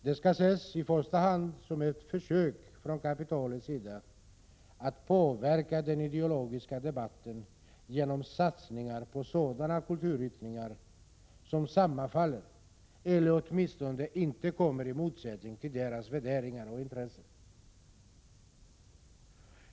Det skall ses i första hand som ett försök från kapitalets sida att påverka den ideologiska debatten genom satsningar på sådana kulturyttringar som sammanfaller med eller åtminstone inte kommer i motsats till dess värderingar och intressen.